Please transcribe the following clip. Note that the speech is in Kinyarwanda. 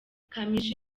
kamichi